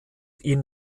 ihm